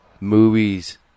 movies